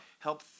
Help